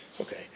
Okay